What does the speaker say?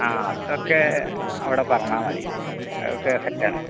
ആ അതൊക്കെ അവിടെ പറഞ്ഞാൽ മതി അതൊക്കെ സെറ്റാണ്